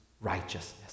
righteousness